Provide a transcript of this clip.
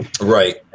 Right